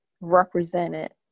represented